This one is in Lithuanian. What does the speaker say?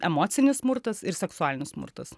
emocinis smurtas ir seksualinis smurtas